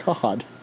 God